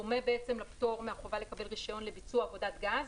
זה דומה לפטור מהחובה לקבל רישיון לביצוע עבודת גז,